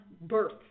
birth